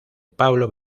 pablo